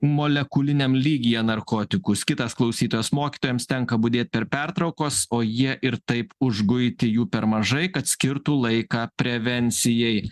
molekuliniam lygyje narkotikus kitas klausytojas mokytojams tenka budėt per pertraukas o jie ir taip užguiti jų per mažai kad skirtų laiką prevencijai